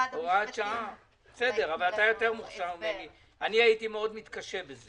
אני הייתי מתקשה בזה.